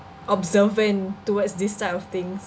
observant towards these type of things